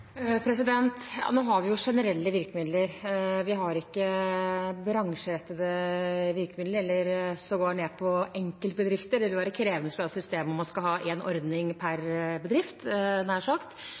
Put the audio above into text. Nå har vi jo generelle virkemidler, vi har ikke bransjerettede virkemidler, sågar ned på enkeltbedrifter. Det ville være krevende å skulle ha et system hvor man skulle ha én ordning per